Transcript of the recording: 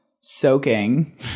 soaking